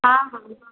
ହଁ ହଁ ହଁ